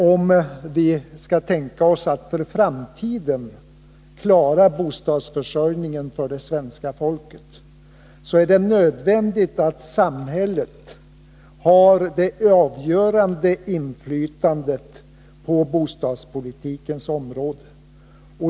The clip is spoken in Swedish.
Om vi skall tänka oss att för framtiden klara bostadsförsörjningen för det svenska folket, är det nödvändigt att samhället har det avgörande inflytandet på bostadspolitikens område.